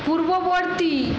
পূর্ববর্তী